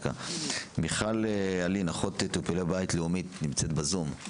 מיכל אלון, אחות לטיפולי בית, לאומית, בזום,